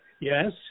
Yes